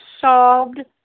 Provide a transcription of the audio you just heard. solved